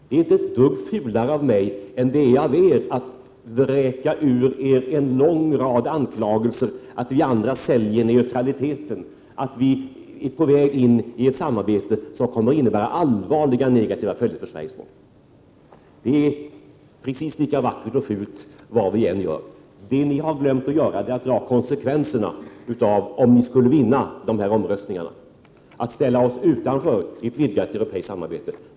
Det är inte ett dugg fulare av mig än det är av er att vräka ur er en lång rad anklagelser för att vi andra säljer neutraliteten, för att vi är på väg in i ett samarbete som kommer att få allvarliga negativa följder för Sveriges folk. Vad ni har glömt att göra är att dra konsekvenserna av vad som händer, om ni skulle vinna de här omröstningarna och ställa oss utanför ett vidgat europeiskt samarbete.